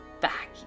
back